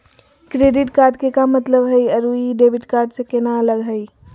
Credit card के का मतलब हई अरू ई डेबिट कार्ड स केना अलग हई?